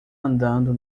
andando